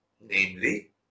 namely